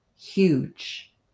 huge